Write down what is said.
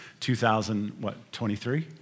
2023